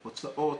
הוצאות,